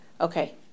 okay